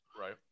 Right